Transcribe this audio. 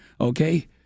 Okay